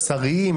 מוסריים,